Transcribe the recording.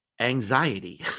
anxiety